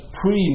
pre